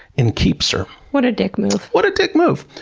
and keeps her. what a dick move. what a dick move!